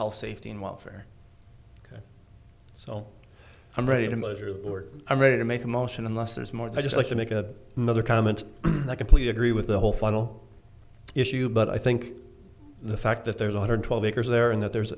health safety and welfare so i'm ready to measure or i'm ready to make a motion unless there's more than just like to make a mother comment i completely agree with the whole final issue but i think the fact that there's one hundred twelve acres there and that there's